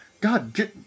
God